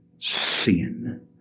Sin